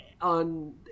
on